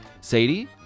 sadie